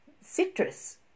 Citrus